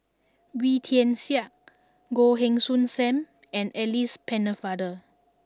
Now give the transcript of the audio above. Wee Tian Siak Goh Heng Soon Sam and Alice Pennefather